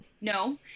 No